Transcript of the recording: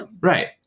Right